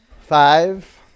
Five